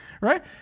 right